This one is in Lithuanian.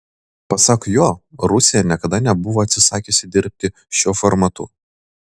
pasak jo rusija niekada nebuvo atsisakiusi dirbti šiuo formatu